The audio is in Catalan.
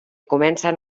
comencen